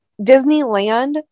Disneyland